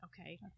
Okay